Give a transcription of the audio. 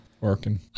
Working